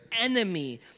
enemy